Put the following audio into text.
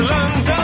London